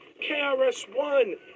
KRS-One